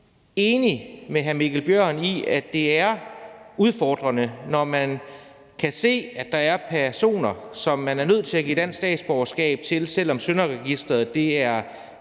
set enig med hr. Mikkel Bjørn i, at det er udfordrende, når man kan se, at der er personer, som man er nødt til at give dansk statsborgerskab, selv om synderegisteret er